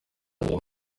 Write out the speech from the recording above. nyuma